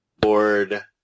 board